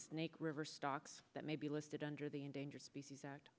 snake river stocks that may be listed under the endangered species act